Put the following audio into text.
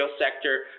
sector